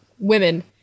women